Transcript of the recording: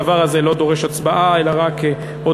הדבר הזה לא דורש הצבעה אלא רק הודעה.